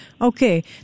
Okay